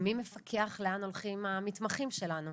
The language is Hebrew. מי מפקח לאן הולכים המתמחים שלנו?